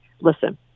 listen